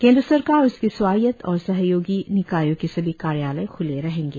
केन्द्र सरकार उसके स्वायत्त और सहयोगी निकायों के सभी कार्यालय खुले रहेंगे